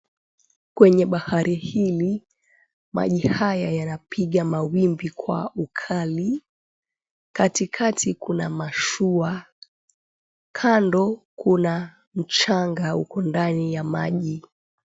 Kwenye bahari hili maji haya yanapiga mawimbi kwa ukali. Katikati kuna mashua, kando kuna mchanga huko ndani ya maji.